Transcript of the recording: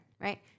right